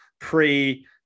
pre